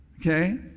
Okay